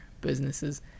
businesses